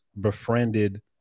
befriended